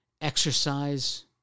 exercise